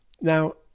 Now